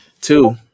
Two